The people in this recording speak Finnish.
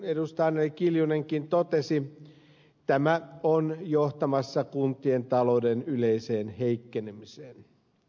anneli kiljunenkin totesi tämä on johtamassa kuntien talouden yleiseen heikkenemiseen